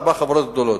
ארבע חברות גדולות.